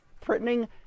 threatening